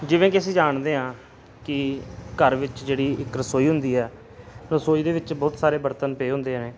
ਜਿਵੇਂ ਕਿ ਅਸੀਂ ਜਾਣਦੇ ਹਾਂ ਕਿ ਘਰ ਵਿੱਚ ਜਿਹੜੀ ਇੱਕ ਰਸੋਈ ਹੁੰਦੀ ਆ ਰਸੋਈ ਦੇ ਵਿੱਚ ਬਹੁਤ ਸਾਰੇ ਬਰਤਨ ਪਏ ਹੁੰਦੇ